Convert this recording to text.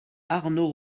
arnaud